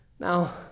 Now